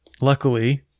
luckily